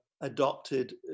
adopted